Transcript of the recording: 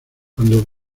cuando